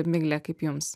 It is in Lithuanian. migle kaip jums